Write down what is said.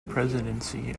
presidency